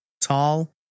tall